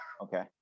Okay